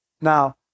Now